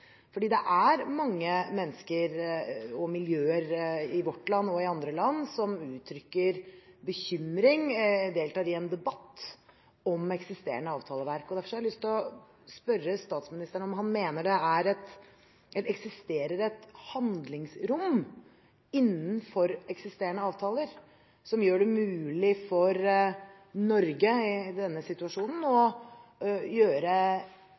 Det er mange mennesker og miljøer i vårt land og i andre land som uttrykker bekymring og deltar i en debatt om eksisterende avtaleverk. Derfor har jeg lyst til å spørre statsministeren om han mener at det eksisterer et handlingsrom innenfor eksisterende avtaler som gjør det mulig for Norge i denne situasjonen å